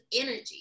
energy